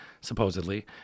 supposedly